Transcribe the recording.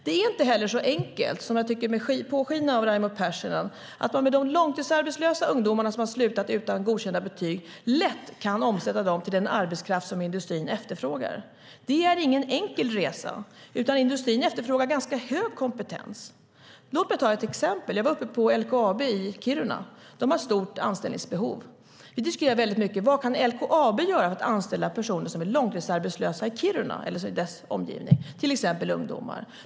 Det är inte heller så enkelt som jag tycker att Raimo Pärssinen låter påskina, att de långtidsarbetslösa ungdomar som har slutat utan godkända betyg lätt kan omsättas till den arbetskraft som industrin efterfrågar. Det är ingen enkel resa, utan industrin efterfrågar ganska hög kompetens. Låt mig ta ett exempel. Jag var på LKAB i Kiruna, och de har ett stort anställningsbehov. Vi diskuterade mycket: Vad kan LKAB göra för att anställa personer som är långtidsarbetslösa i Kiruna eller dess omgivningar, till exempel ungdomar?